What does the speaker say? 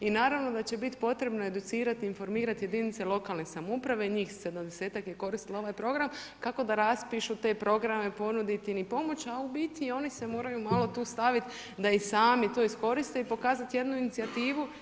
I naravno da će biti potrebno informirati, educirati jedinice lokalne samouprave njih sedamdesetak je koristilo ovaj program kako da raspišu te programe, ponuditi im i pomoći, a u biti i oni se moraju malo tu staviti da i sami to iskoriste i pokazati jednu inicijativu.